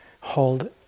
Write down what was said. hold